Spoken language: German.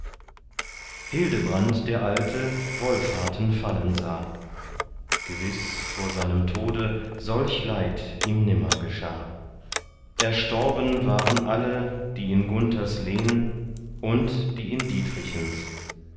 hildebrand der alte wolfharten fallen sah gewiß vor seinem tode solch leid ihm nimmer geschah erstorben waren alle die in gunthers lehn und die in